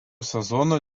sezono